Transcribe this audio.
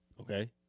Okay